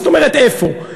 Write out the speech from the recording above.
מה זאת אומרת איפה?